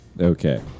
Okay